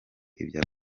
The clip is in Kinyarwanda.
ibya